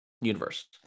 universe